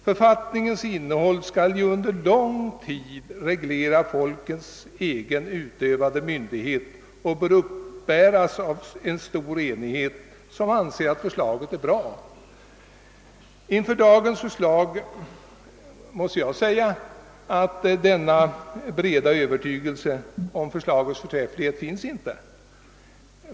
Författningens innehåll skall ju under lång tid reglera folkets egen utövande myndighet och bör uppbäras av en stor enighet om att förslaget är bra. Inför utskottets förslag såsom det är utformat måste jag säga att denna breda övertygelse om förslagets förträfflighet inte finns.